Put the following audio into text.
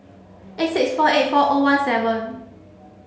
eight six four eight four O one seven